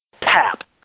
tap